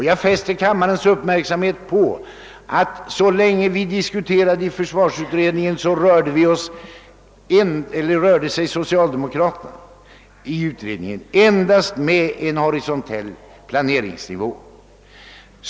Jag fäster kammarens uppmärksamhet på det förhållandet, att socialdemokraterna, så länge vi förde diskussioner med dem i försvarsutredningen, enbart höll sig till en horisontell planeringsnivå.